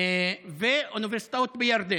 ואוניברסיטאות בירדן,